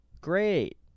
Great